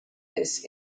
this